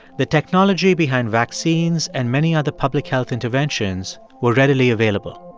the technology behind vaccines and many other public health interventions were readily available.